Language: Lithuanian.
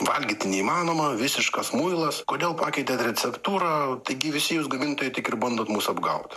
valgyt neįmanoma visiškas muilas kodėl pakeitėt receptūrą taigi visi jūs gamintojai tiek ir bandot mus apgaut